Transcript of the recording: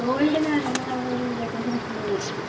ഗോൾഡിനായി ഞങ്ങളവിടെയൊരു ഇരുപത്തഞ്ച് ലക്ഷം രൂപയെടുത്തു